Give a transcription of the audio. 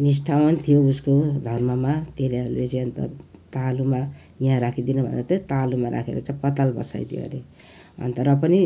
निष्ठावान थियो उसको धर्ममा त्यसले उसले चाहिँ अन्त तालुमा यहाँ राखिदिनु भनेर चाहिँ तालुमा राखेर चाहिँ पताल भसाइदियो अरे अन्त र पनि